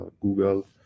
Google